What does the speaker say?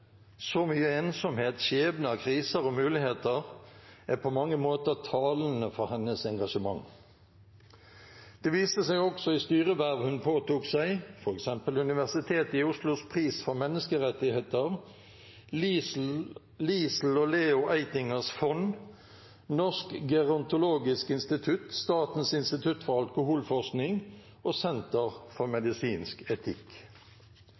Så mye ensomhet: Skjebner, kriser, muligheter – er på mange måter talende for hennes engasjement. Det viste seg også i styreverv hun påtok seg, f.eks. Universitetet i Oslos pris for menneskerettigheter, Lisl og Leo Eitingers fond, Norsk gerontologisk institutt, Statens institutt for alkoholforskning og Senter for medisinsk etikk.